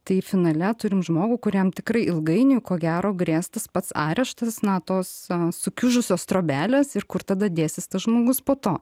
tai finale turim žmogų kuriam tikrai ilgainiui ko gero grės tas pats areštas na tos sukiužusios trobelės ir kur tada dėsis tas žmogus po to